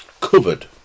Covered